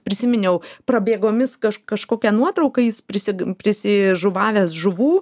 prisiminiau prabėgomis kaž kažkokią nuotrauką jis prisig prisižuvavęs žuvų